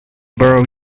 borrow